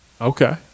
okay